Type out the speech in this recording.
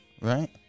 Right